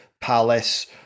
palace